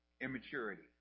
immaturity